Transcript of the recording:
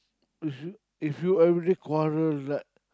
if you if you are really quarrel right